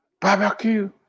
barbecue